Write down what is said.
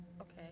Okay